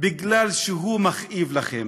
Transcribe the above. כי הוא מכאיב לכם,